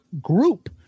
group